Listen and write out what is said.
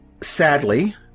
sadly